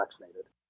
vaccinated